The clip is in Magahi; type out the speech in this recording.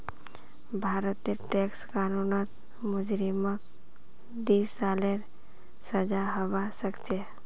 भारतेर टैक्स कानूनत मुजरिमक दी सालेर सजा हबा सखछे